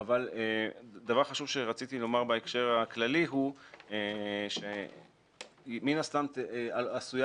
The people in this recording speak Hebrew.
דבר חשוב שרציתי לומר בהקשר הכללי הוא שמן הסתם עשויה